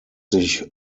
sich